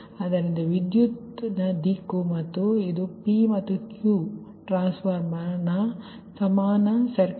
ಆದ್ದರಿಂದ ಇದು ವಿದ್ಯುತ್ ದಿಕ್ಕು ಮತ್ತು ಇದು 𝑝 ಮತ್ತು 𝑞 ಇದು ಟ್ರಾನ್ಸ್ಫಾರ್ಮರ್ನ ಸಮಾನ ಸರ್ಕ್ಯೂಟ್